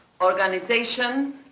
organization